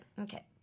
okay